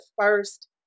first